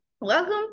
Welcome